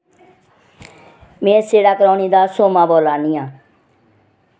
में सीढ़ा कलोनी दा सोमा बोल्ला नी आं